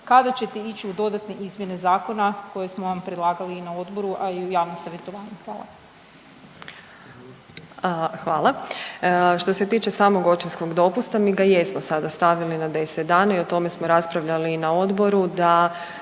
kada ćete ići u dodatne izmjene zakona koje smo vam predlagali i na odboru, a i u javnom savjetovanju, hvala. **Josić, Željka (HDZ)** Hvala. Što se tiče samog očinskog dopusta mi ga jesmo sada stavili na 10 dana i o tome smo raspravljali i na odboru da